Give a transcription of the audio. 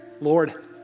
Lord